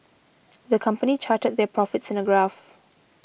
the company charted their profits in a graph